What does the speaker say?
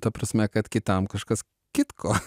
ta prasme kad kitam kažkas kitko